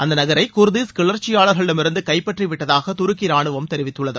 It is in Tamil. அந்த நகரை குர்தீஸ் கிளர்ச்சியாளர்களிடமிருந்து கைப்பற்றி விட்டதாக துருக்கி ரானுவம் தெரிவித்துள்ளது